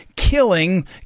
Killing